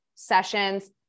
sessions